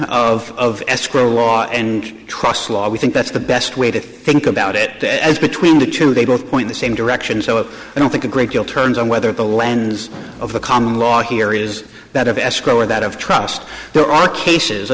hybrid of escrow law and trusts law we think that's the best way to think about it as between the two they both point the same direction so i don't think a great deal turns on whether the lens of the common law here is that of escrow or that of trust there are cases a